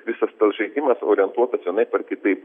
visas tas žaidimas orientuotas vienaip ar kitaip